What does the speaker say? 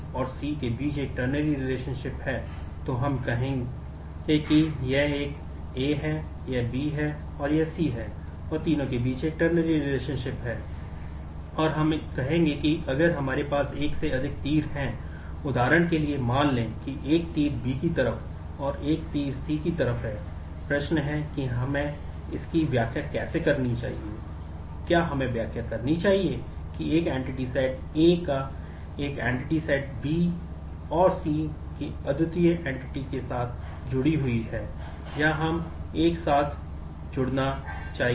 और हम कहें कि अगर हमारे पास एक से अधिक तीर हैं उदाहरण के लिए मान लें कि एक तीर B की तरफ और एक तीर C की तरफ प्रश्न है कि हमें इसकी व्याख्या कैसे करनी चाहिए